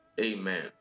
amen